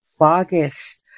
August